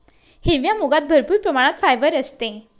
हिरव्या मुगात भरपूर प्रमाणात फायबर असते